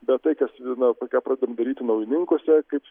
bet tai kas na ką pradedam daryti naujininkuose kaip